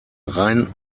rein